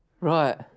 Right